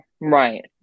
right